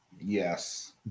Yes